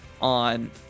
on